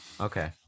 Okay